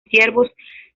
siervos